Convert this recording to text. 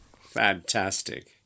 Fantastic